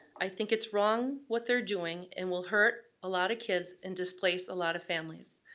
i think it's wrong, what they're doing, and will hurt a lot of kids and displace a lot of families.